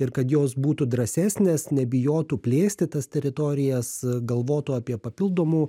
ir kad jos būtų drąsesnės nebijotų plėsti tas teritorijas galvotų apie papildomų